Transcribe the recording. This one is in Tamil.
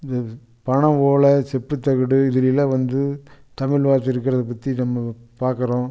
இது பனைஓல செப்புத்தகடு இதுலைலாம் வந்து தமிழ் வார்த்தை இருக்குறதை பற்றி நம்ம பார்க்குறோம்